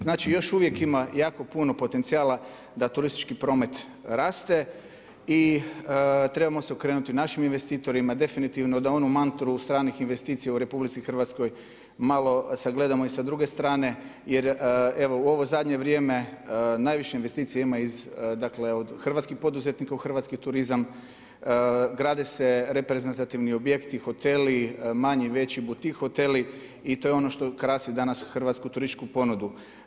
Znači, još uvijek ima jako puno potencijala da turistički promet raste i trebamo se okrenuto našim investitorima, definitivno da onu mantru stranih investicija u RH malo sagledamo i sa druge strane jer evo u ovo zadnje vrijeme najviše investicija ima od hrvatskih poduzetnika u hrvatski turizam, gradi se reprezentativni objekti, hoteli, manji, veći hoteli, i to je ono što krasi danas hrvatsku turističku ponudu.